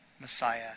Messiah